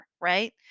right